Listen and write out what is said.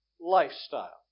lifestyle